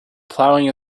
plowing